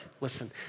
listen